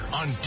on